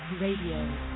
Radio